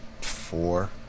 four